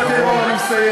לא,